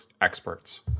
experts